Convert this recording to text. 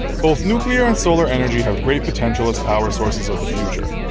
both nuclear and solar energy have great potential as power sources of the future.